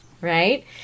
right